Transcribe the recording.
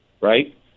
right